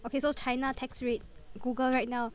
okay so China tax rate Google right now